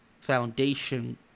foundation